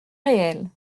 réel